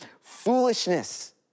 foolishness